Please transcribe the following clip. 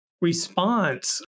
response